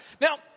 Now